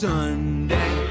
Sunday